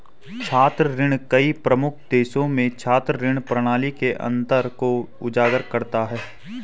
छात्र ऋण कई प्रमुख देशों में छात्र ऋण प्रणाली के अंतर को उजागर करता है